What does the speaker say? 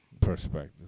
perspective